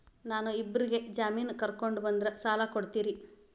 ನಾ ಇಬ್ಬರಿಗೆ ಜಾಮಿನ್ ಕರ್ಕೊಂಡ್ ಬಂದ್ರ ಸಾಲ ಕೊಡ್ತೇರಿ?